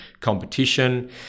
competition